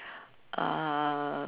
uh